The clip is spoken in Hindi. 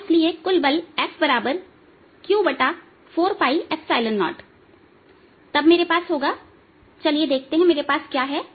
और इसलिए कुल बल Fq40 तब मेरे पास होगा चलिए देखते हैं मेरे पास क्या है